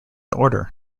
order